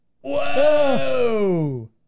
Whoa